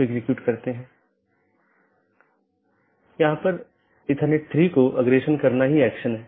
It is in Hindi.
IGP IBGP AS के भीतर कहीं भी स्थित हो सकते है